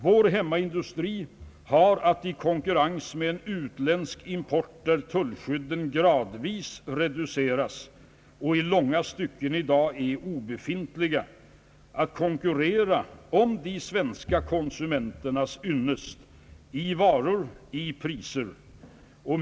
Vår hemmaindustri har att i konkurrens med en utländsk import, där tullskydden gradvis reduceras och i långa stycken i dag är obefintliga, konkurrera om de svenska konsumenternas ynnest i varor och priser.